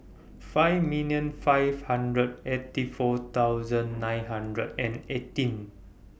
five million five hundred eighty four thousand nine hundred and eighteen